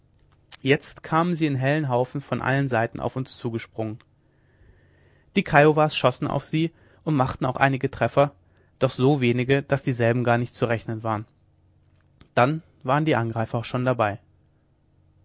jetzt kamen sie in hellen haufen von allen seiten auf uns zugesprungen die kiowas schossen auf sie und machten auch einige treffer doch so wenige daß dieselben gar nicht zu rechnen waren dann waren die angreifer auch schon dabei